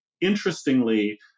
Interestingly